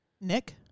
Nick